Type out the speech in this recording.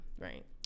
right